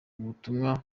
butumwa